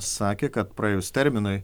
sakė kad praėjus terminui